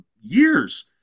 years